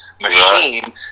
machine